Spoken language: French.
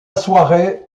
soirée